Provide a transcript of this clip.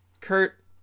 Kurt